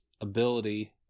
ability